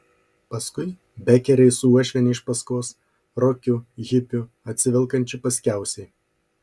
paskui bekeriai su uošviene iš paskos rokiu hipiu atsivelkančiu paskiausiai